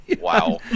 Wow